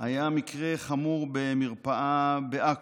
היה מקרה חמור במרפאה בעכו.